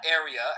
area